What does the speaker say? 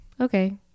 Okay